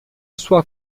sua